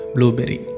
Blueberry